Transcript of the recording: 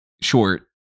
short